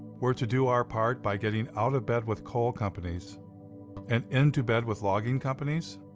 we're to do our part by getting out of bed with coal companies and into bed with logging companies?